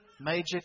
major